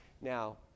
Now